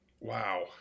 Wow